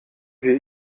wir